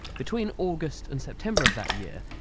between august and september of that year,